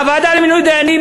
הוועדה למינוי דיינים,